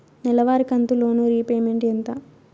నెలవారి కంతు loan repayment ఎంత?